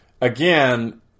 Again